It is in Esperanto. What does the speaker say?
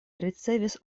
ricevis